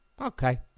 Okay